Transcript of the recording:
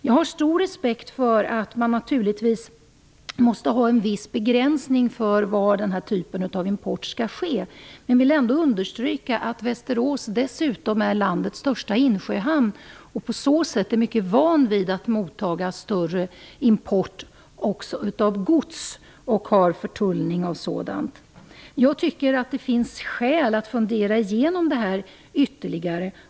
Jag har stor respekt för att man naturligtvis måste ha en viss begränsning när det gäller var den här typen av import skall ske men vill ändå understryka att Västerås dessutom har landets största insjöhamn. På så sätt är man i Västerås mycket van vid att mottaga större import också av gods och har förtullning av sådant. Det finns skäl att fundera igenom detta ytterligare.